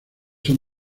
son